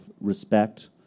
respect